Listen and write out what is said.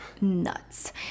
nuts